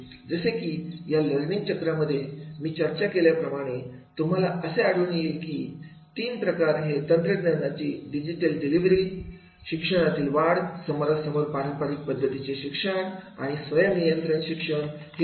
जसे की या लर्निंग चक्रामध्ये मी चर्चा केल्याप्रमाणे तुम्हाला असे आढळून येईल की तीन प्रकार हे तंत्रज्ञानाची डिलिव्हरी शिक्षणातील वाढ समोरा समोर पारंपारिक पद्धतीचे शिक्षण आणि स्वयं नियंत्रित शिक्षण हे महत्त्वाचे आहेत